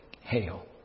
hail